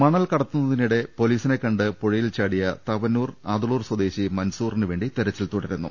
മണൽ കട്ത്തുന്നതിനിടെ പൊലീസിനെ കണ്ട് പുഴ യിൽ ചാടിയ തവന്നൂർ അതളൂർ സ്വദേശി മൻസൂറിന് വേണ്ടി തെരച്ചിൽ തുടരുന്നു